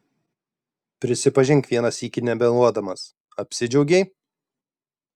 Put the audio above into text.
prisipažink vieną sykį nemeluodamas apsidžiaugei